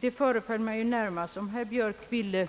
Det föreföll mig närmast som om herr Björk ville